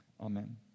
amen